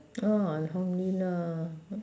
ah alhamdulillah